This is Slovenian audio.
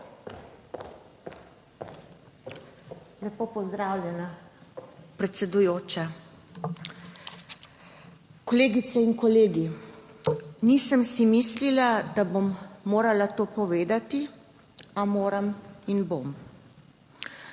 Lepo pozdravljeni, predsedujoča! Kolegice in kolegi, nisem si mislila, da bom morala to povedati, a moram in bom.